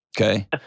Okay